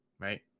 right